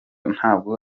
ntabwo